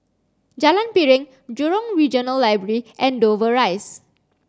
Jalan Piring Jurong Regional Library and Dover Rise